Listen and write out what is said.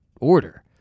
order